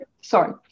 sorry